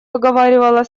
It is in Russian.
выговаривала